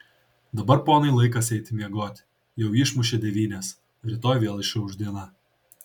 dabar ponai laikas eiti miegoti jau išmušė devynias rytoj vėl išauš diena